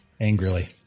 angrily